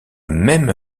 même